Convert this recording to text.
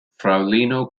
fraŭlino